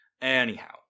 Anyhow